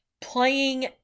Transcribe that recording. playing